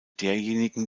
derjenigen